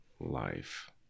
life